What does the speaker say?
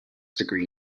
degree